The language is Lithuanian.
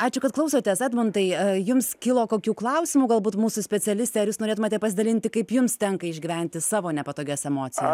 ačiū kad klausotės edmundai jums kilo kokių klausimų galbūt mūsų specialistė ar jūs norėtumėte pasidalinti kaip jums tenka išgyventi savo nepatogias emocijas